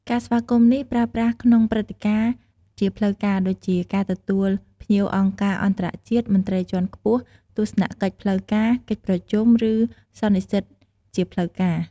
ការស្វាគមន៍នេះប្រើប្រាស់ក្នុងព្រឹត្តិការណ៍ជាផ្លូវការដូចជា ការទទួលភ្ញៀវអង្គការអន្តរជាតិ មន្ត្រីជាន់ខ្ពស់ ទស្សនកិច្ចផ្លូវការ កិច្ចប្រជុំឬសន្និសីទជាផ្លូវការ។